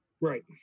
Right